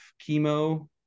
chemo